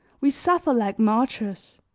we suffer like martyrs